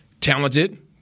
Talented